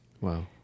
Wow